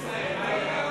למען ארץ-ישראל, מה אתה?